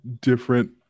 different